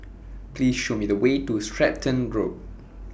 Please Show Me The Way to Stratton Road